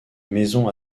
maisons